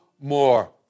more